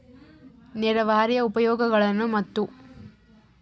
ನೇರಾವರಿಯ ಉಪಯೋಗಗಳನ್ನು ಮತ್ತು?